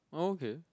oh okay